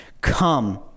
Come